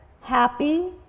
happy